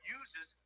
uses